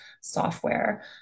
software